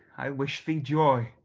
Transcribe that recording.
i wish thee joy,